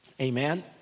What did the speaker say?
Amen